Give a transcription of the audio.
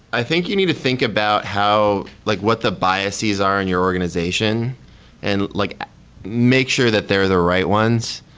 i think you need to think about how like what the biases are in your organization and like make sure that they're the right ones.